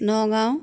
Nagaon